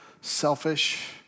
selfish